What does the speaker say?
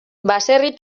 baserri